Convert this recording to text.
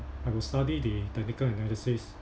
I will study the technical analysis